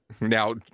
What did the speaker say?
now